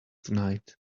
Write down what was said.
tonight